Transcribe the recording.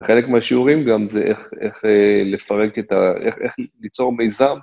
חלק מהשיעורים גם זה איך לפרק את ה... איך ליצור מיזם.